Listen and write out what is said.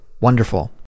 wonderful